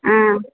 ஆ